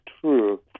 true